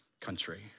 country